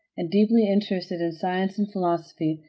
and deeply interested in science and philosophy,